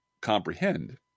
comprehend